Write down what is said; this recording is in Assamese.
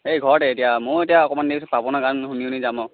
এই ঘৰতে এতিয়া ময়ো এতিয়া অকণমান দেৰি পাপন দাৰ গান শুনি শুনি যাম আৰু